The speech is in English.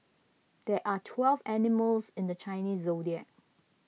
there are twelve animals in the Chinese zodiac